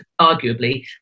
arguably